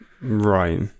right